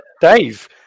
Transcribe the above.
Dave